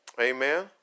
amen